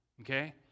Okay